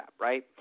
right